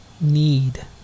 need